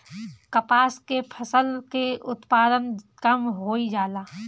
कपास के फसल के उत्पादन कम होइ जाला?